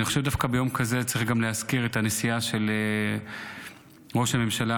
אני חושב שדווקא ביום כזה צריך גם להזכיר את הנסיעה של ראש הממשלה,